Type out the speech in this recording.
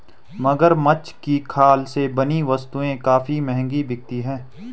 मगरमच्छ की खाल से बनी वस्तुएं काफी महंगी बिकती हैं